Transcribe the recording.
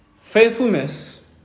Faithfulness